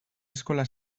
eskola